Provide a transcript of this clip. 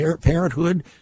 Parenthood